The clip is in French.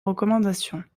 recommandations